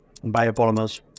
Biopolymers